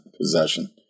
possession